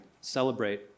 celebrate